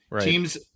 Teams